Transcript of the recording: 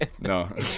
No